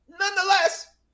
nonetheless